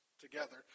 together